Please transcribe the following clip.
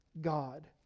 God